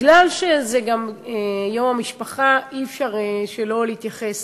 מכיוון שזה גם יום המשפחה, אי-אפשר שלא להתייחס